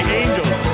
angels